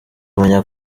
kumenya